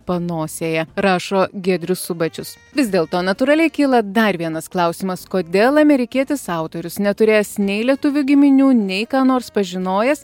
panosėje rašo giedrius subačius vis dėl to natūraliai kyla dar vienas klausimas kodėl amerikietis autorius neturėjęs nei lietuvių giminių nei ką nors pažinojęs